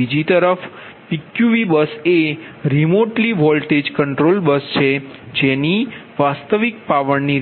બીજી તરફ PQV bus એ રીમોટલી વોલ્ટેજ કંટ્રોલ બસ છે જેની વાસ્તવિક પાવરની